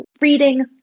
reading